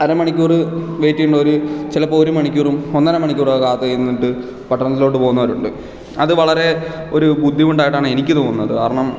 അരമണിക്കൂർ വെയിറ്റ് ചെയ്യേണ്ടവർ ചിലപ്പോൾ ഒരു മണിക്കൂറും ഒന്നര മണിക്കൂറുമൊക്കെ കാത്തു നിന്നിട്ട് പട്ടണത്തിലോട്ട് പോകുന്നവരുണ്ട് അത് വളരെ ഒരു ബുദ്ധിമുട്ടായിട്ടാണ് എനിക്ക് തോന്നുന്നത് കാരണം